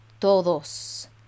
todos